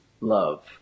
love